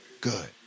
good